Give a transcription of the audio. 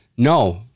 No